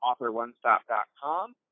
AuthorOneStop.com